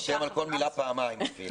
חותם על כל מילה פעמיים אפילו.